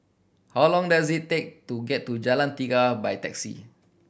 how long does it take to get to Jalan Tiga by taxi